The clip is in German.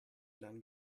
lang